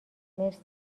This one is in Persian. مرسی